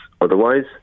otherwise